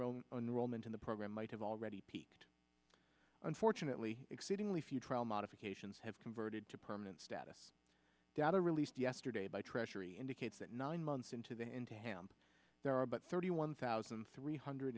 the program might have already peaked unfortunately exceedingly few trial modifications have converted to permanent status data released yesterday by treasury indicates that nine months into the into ham there are about thirty one thousand three hundred